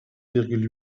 virgule